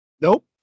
Nope